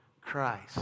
Christ